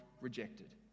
rejected